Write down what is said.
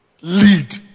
lead